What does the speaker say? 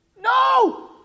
No